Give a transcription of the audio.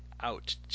out